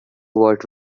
what